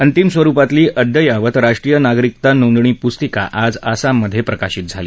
अंतिम स्वरुपातली अद्ययावत राष्ट्रीय नागरिकता नोंदणी पुस्तिका आज आसाममध्ये प्रकाशित झाली